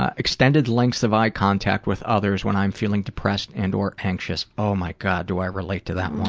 ah extended lengths of eye contact with others when i'm feeling depressed and or anxious. oh my god, do i relate to that